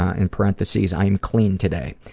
ah in parenthesis, i am clean today.